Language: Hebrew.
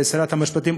שרת המשפטים,